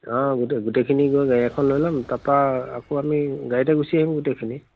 অঁ গোটেই গোটেইখিনি গৈ গাড়ী এখন লৈ ল'ম তাৰপৰা আকৌ আমি গাড়ীতে গুচি আহিম গোটেইখিনি